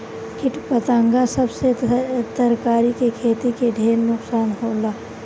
किट पतंगा सब से तरकारी के खेती के ढेर नुकसान होला